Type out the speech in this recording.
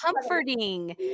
comforting